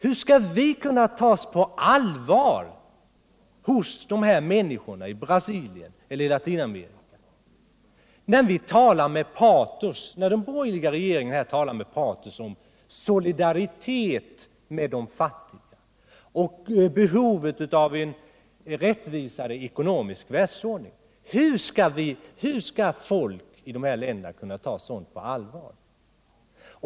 Hur skall vi kunna tas på allvar av dessa människor i Latinamerika när den borgerliga regeringen med patos talar om solidaritet med de fattiga och om behovet av en rättvisare ekonomisk världsordning? Hur skall folk i de här länderna kunna ta sådant på allvar?